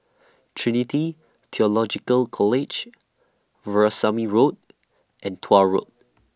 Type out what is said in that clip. Trinity Theological College Veerasamy Road and Tuah Road